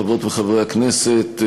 חברות וחברי הכנסת,